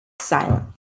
silent